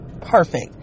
perfect